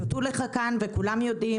פירטו לך כאן וכולם יודעים,